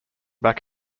back